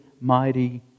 mighty